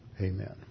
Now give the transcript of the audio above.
Amen